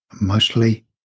mostly